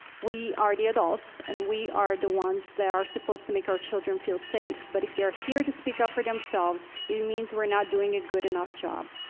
we are the adults, and we are the ones that are supposed to make our children feel safe, but if they are here to speak up for themselves, it means we're not doing a good enough job.